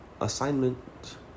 assignment